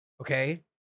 Okay